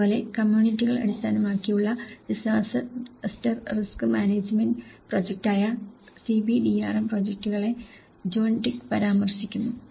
അതുപോലെ കമ്മ്യൂണിറ്റികൾ അടിസ്ഥാനമാക്കിയുള്ള ഡിസാസ്റ്റർ റിസ്ക് മാനേജ്മെന്റ് പ്രോജക്റ്റായ CBDRM പ്രോജക്റ്റുകളെ ജോൺ ട്വിഗ് പരാമർശിക്കുന്നു